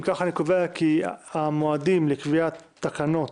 אם כך, אני קובע כי המועדים לקביעת התקנות